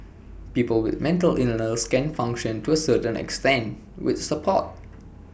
people with mental illness can function to A certain extent with support